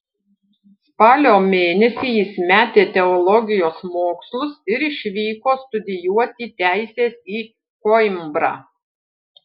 spalio mėnesį jis metė teologijos mokslus ir išvyko studijuoti teisės į koimbrą